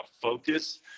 focus